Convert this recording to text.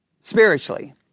Spiritually